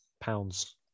pounds